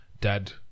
dad